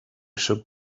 should